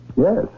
Yes